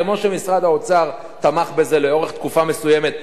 כמו שמשרד האוצר תמך בזה לאורך תקופה מסוימת,